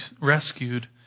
rescued